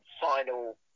final